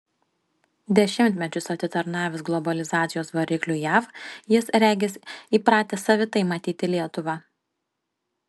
dešimtmečius atitarnavęs globalizacijos varikliui jav jis regis įpratęs savitai matyti lietuvą